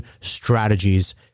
strategies